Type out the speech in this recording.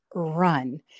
Run